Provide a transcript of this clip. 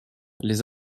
les